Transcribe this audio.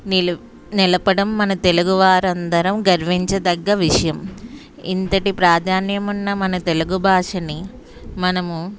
నిలు నిలపడం మన తెలుగువారందరము గర్వించదగ్గ విషయం ఇంతటి ప్రాధాన్యమున్న మన తెలుగు భాషని మనము